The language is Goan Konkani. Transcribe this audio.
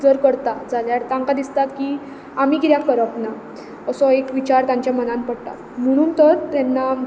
जर करता जाल्यार तांकां दिसता की आमी किऱ्याक करप ना असो एक विचार तांच्या मनात पट्टा म्हुणून तो तेन्ना